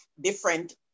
different